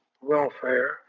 welfare